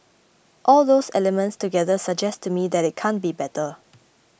all those elements together suggest to me that it can't be better